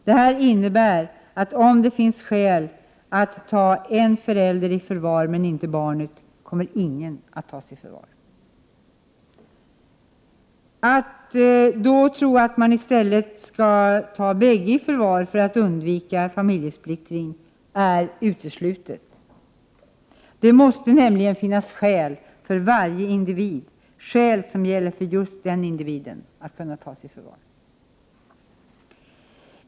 Detta innebär, att om det finns skäl att ta en förälder i förvar men inte barnet kommer ingen att tas i förvar. Att då i stället ta bägge i förvar för att undvika familjesplittring är uteslutet. Det måste nämligen finnas skäl för varje individ — skäl som gäller för just den individen för att kunna tas i förvar.